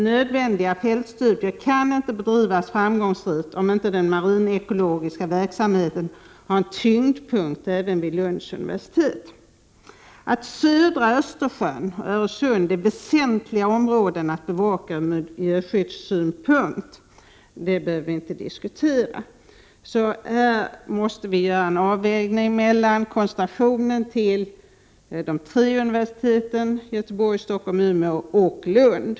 Nödvändiga fältstudier kan inte bedrivas framgångsrikt om inte den marinekologiska verksamheten har en tyngdpunkt även vid Lunds universitet. Att södra Östersjön och Öresund är väsentliga områden att bevaka från miljöskyddssynpunkt behöver vi inte diskutera. Här måste en avvägning göras mellan å ena sidan koncentrationen till de tre universiteten i Göteborg, Stockholm och Umeå och å andra sidan universitetet i Lund.